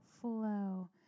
flow